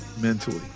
mentally